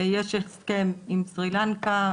יש הסכם עם סרי לנקה,